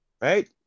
right